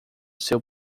seu